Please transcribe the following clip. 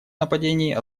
нападений